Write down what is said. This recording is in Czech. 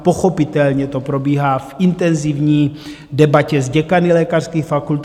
Pochopitelně to probíhá v intenzivní debatě s děkany lékařských fakult.